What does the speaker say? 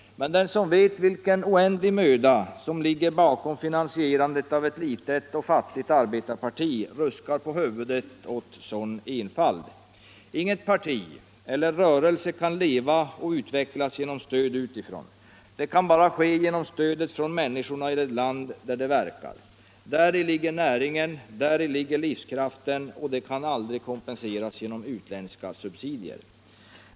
Den som vet vilken oändlig möda som ligger bakom finansierandet av ett litet och fattigt arbetarparti ruskar på huvudet åt sådan enfald. Inget parti, ingen rörelse kan leva och utvecklas genom stöd utifrån. Det kan bara ske genom stödet från människorna i det land där man verkar. Däri ligger näringen och livskraften, och det kan aldrig kompenseras genom utländska subsidier.